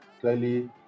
clearly